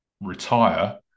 retire